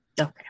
Okay